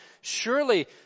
surely